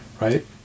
right